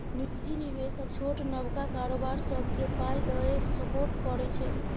निजी निबेशक छोट नबका कारोबार सबकेँ पाइ दए सपोर्ट करै छै